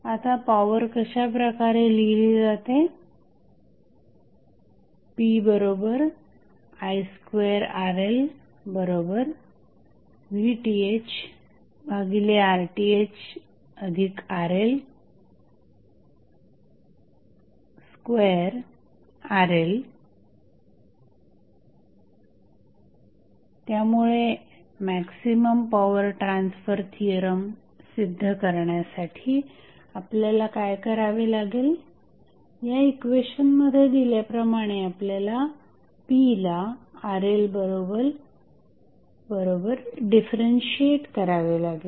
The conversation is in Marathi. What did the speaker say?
आता पॉवर अशाप्रकारे लिहिली जाते pi2RLVThRThRL2RL त्यामुळे मॅक्झिमम पॉवर ट्रान्सफर थिअरम सिद्ध करण्यासाठी आपल्याला काय करावे लागेल या इक्वेशनमध्ये दिल्याप्रमाणे आपल्याला p ला RLबरोबर डिफरन्शिएट करावे लागेल